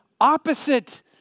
opposite